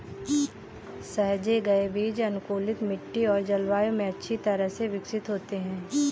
सहेजे गए बीज अनुकूलित मिट्टी और जलवायु में अच्छी तरह से विकसित होते हैं